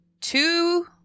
two